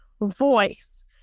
voice